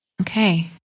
Okay